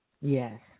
Yes